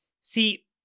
See